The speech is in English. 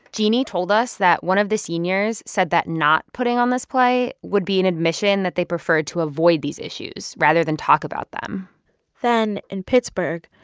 jeanne told us that one of the seniors said that not putting on this play would be an admission that they preferred to avoid these issues rather than talk about them then, in pittsburgh,